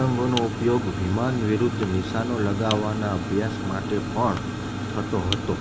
પતંગોનો ઉપયોગ વિમાન વિરુદ્ધ નિશાનો લગાવવાના અભ્યાસ માટે પણ થતો હતો